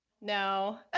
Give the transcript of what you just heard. No